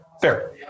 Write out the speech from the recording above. fair